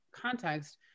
context